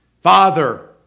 Father